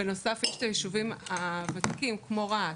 נוסף על כך, יש היישובים הוותיקים, כמו רהט,